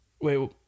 Wait